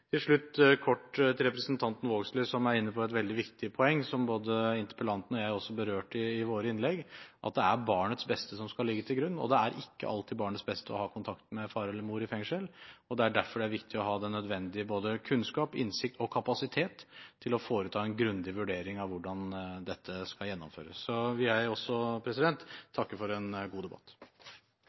Til slutt kort til representanten Vågslid, som er inne på et veldig viktig poeng som både interpellanten og jeg også berørte i våre innlegg: at det er barnets beste som skal ligge til grunn. Det er ikke alltid til barnets beste å ha kontakt med far eller mor i fengsel. Det er derfor det er viktig å ha både den nødvendige kunnskap, innsikt og kapasitet til å foreta en grundig vurdering av hvordan dette skal gjennomføres. Så vil også jeg takke for en god debatt.